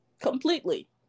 completely